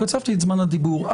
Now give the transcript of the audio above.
קצבתי את זמן הדיבור.